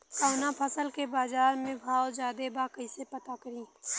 कवना फसल के बाजार में भाव ज्यादा बा कैसे पता करि?